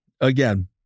again